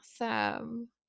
Awesome